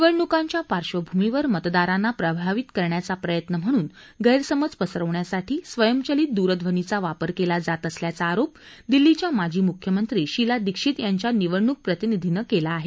निवडणुकांच्या पार्श्ववभूमीवर मतदारांना प्रभावित करण्याचा प्रयत्न म्हणून गर्खिमज पसरवण्यासाठी स्वयंचलित दूरध्वनींचा वापर केला जात असल्याचा आरोप दिल्लीच्या माजी मुख्यमंत्री शीला दीक्षित यांच्या निवडणूक प्रतिनिधीनं केला आहे